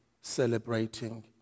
celebrating